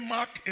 Mark